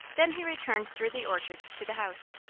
then he returned through the orchards to the house.